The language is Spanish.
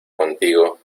contigo